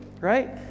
right